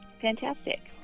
Fantastic